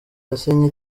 yasinye